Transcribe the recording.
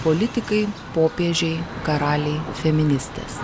politikai popiežiai karaliai feministės